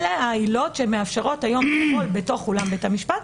אלה העילות שמאפשרות היום לפעול באולם בית המשפט,